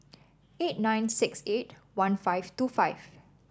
eight nine six eight one five two five